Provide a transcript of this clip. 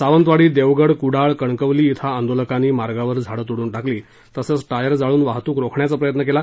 सावंतवाडी देवगड कुडाळ कणकवली इथं आंदोलकांनी मार्गावर झाड तोडून टाकली तसंच टायर जाळून वाहतूक रोखण्याचा प्रयत्न केला